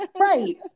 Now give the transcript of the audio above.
right